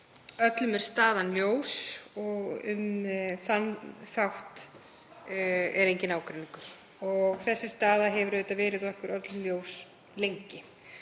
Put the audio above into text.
öllum er staðan ljós, um þann þátt er enginn ágreiningur, og staðan hefur auðvitað verið okkur öllum ljós lengi.